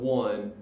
one